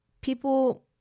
People